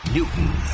Newton